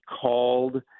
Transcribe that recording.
called